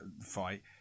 fight